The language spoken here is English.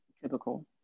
typical